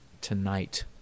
tonight